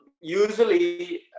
usually